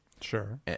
Sure